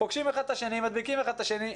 ופוגשים אחד את השני ומדביקים אחד את השני.